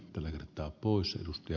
tällä kertaa vuosiin etu